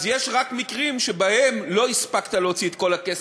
אז יש רק מקרים שבהם לא הספקת להוציא את כל הכסף,